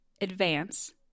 advance